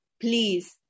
please